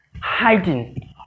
hiding